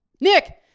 Nick